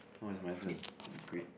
oh it's my turn great